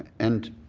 and